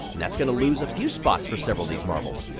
that's gonna lose a few spots for several of these marbles.